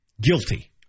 guilty